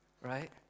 right